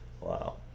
Wow